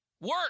Work